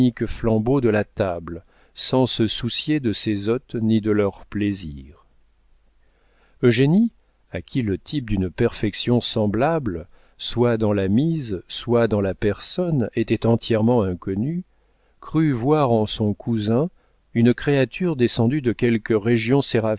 flambeau de la table sans se soucier de ses hôtes ni de leur plaisir eugénie à qui le type d'une perfection semblable soit dans la mise soit dans la personne était entièrement inconnu crut voir en son cousin une créature descendue de quelque région